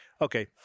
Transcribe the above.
okay